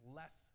less